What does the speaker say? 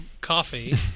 coffee